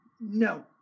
No